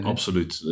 Absoluut